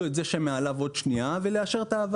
לשאול את זה שמעליו ולאשר את ההעברה.